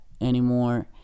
anymore